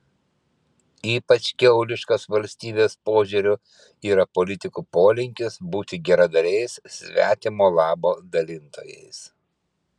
ypač kiauliškas valstybės požiūriu yra politikų polinkis būti geradariais svetimo labo dalintojais